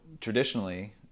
Traditionally